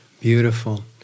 Beautiful